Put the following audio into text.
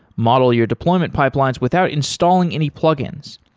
model your deployment pipelines without installing any plug-ins.